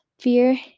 Fear